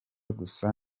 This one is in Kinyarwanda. gusa